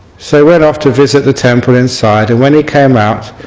so went off to visit the temple inside and when he came out,